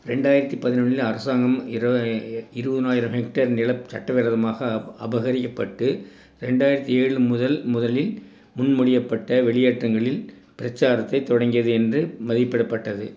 ரெண்டாயிரத்தி பதினொன்றில் அரசாங்கம் இருபதுனாயிரம் ஹெக்டர் நிலம் சட்டவிரோதமாக அபகரிக்கப்பட்டு ரெண்டாயிரத்தி ஏழு முதல் முதலில் முன்மொழியப்பட்ட வெளியேற்றங்களில் பிரச்சாரத்தைத் தொடங்கியது என்று மதிப்பிடப்பட்டது